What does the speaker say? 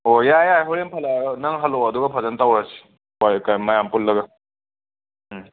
ꯑꯣ ꯌꯥꯔꯦ ꯌꯥꯔꯦ ꯍꯣꯔꯦꯟ ꯍꯂꯛꯑꯒ ꯅꯪ ꯍꯂꯛꯑꯣ ꯑꯗꯨꯒ ꯐꯖꯅ ꯇꯧꯔꯁꯤ ꯍꯣꯏ ꯃꯌꯥꯝ ꯄꯨꯜꯂꯒ